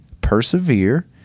persevere